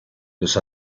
los